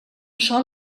sol